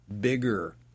bigger